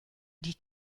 die